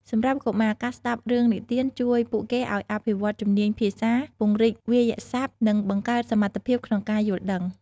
សម្រាប់កុមារ ការស្ដាប់រឿងនិទានជួយពួកគេឱ្យអភិវឌ្ឍជំនាញភាសា ពង្រីកវាក្យសព្ទ និងបង្កើនសមត្ថភាពក្នុងការយល់ដឹង។